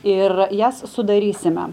ir jas sudarysime